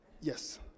yes